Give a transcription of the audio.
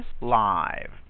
live